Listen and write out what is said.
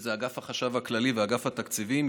שזה אגף החשב הכללי ואגף התקציבים,